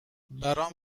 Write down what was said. برام